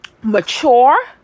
mature